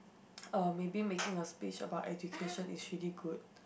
uh maybe making a speech about education is really good